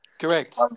Correct